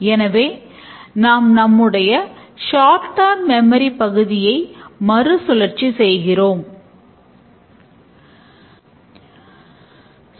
எனவே நாம் நம்முடைய ஷாட் ட்டாம் மெம்மரி பகுதியை மறுசுழற்சி செய்கிறோம்